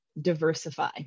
diversify